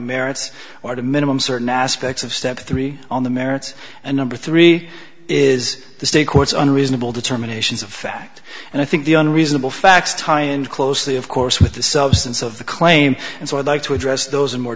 merits or the minimum certain aspects of step three on the merits and number three is the state courts unreasonable determinations of fact and i think the unreasonable facts tion closely of course with the substance of the claim and so i'd like to address those in more